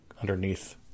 underneath